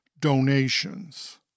donations